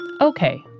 Okay